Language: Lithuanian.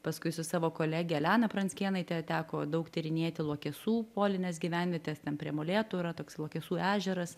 paskui su savo kolege elena pranckėnaite teko daug tyrinėti luokesų polines gyvenvietes ten prie molėtų yra toks luokesų ežeras